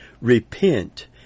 Repent